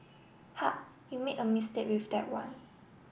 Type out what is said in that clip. ha you made a mistake with that one